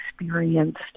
experienced